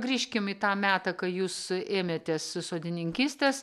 grįžkim į tą metą kai jūs ėmėtės sodininkystės